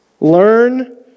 Learn